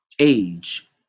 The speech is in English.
age